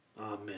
amen